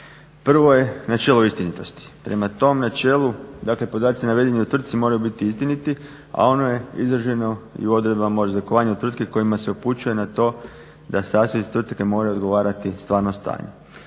Prvo je načelo istinitosti. Prema tom načelu, dakle podaci navedeni u tvrtci moraju biti istiniti, a ono je izraženo i u odredbama o .../Govornik se ne razumije./… tvrtke kojima se upućuje na to da sastav tvrtke mora odgovarati stvarnom stanju.